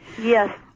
Yes